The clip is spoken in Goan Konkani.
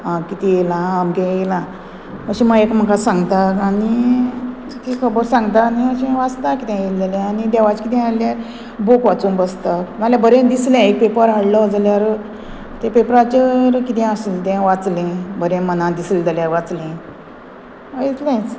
आं कितें येयलां अमकें येयलां अशें म्हण एकमेका सांगता आनी ती खबर सांगता आनी अशें वाचता कितें येयलें जाल्यार आनी देवाचें किदें आहल्यार बूक वाचूं बसता नाल्यार बरें दिसलें एक पेपर हाडलो जाल्यार ते पेपराचेर किदें आसलें तें वाचलें बरें मना दिसलें जाल्यार वाचलें इतलेंच